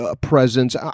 presence